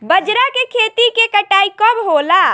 बजरा के खेती के कटाई कब होला?